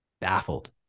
baffled